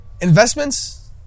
Investments